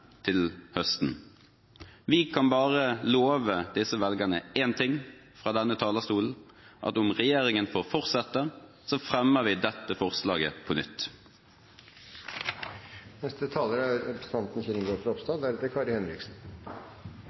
til høsten. Vi kan bare love disse velgerne én ting fra denne talerstolen: Om regjeringen får fortsette, fremmer vi dette forslaget på nytt. Først litt til prosess, og der vil jeg takke saksordføreren for godt arbeid. Jeg er